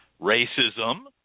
Racism